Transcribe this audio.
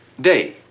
Day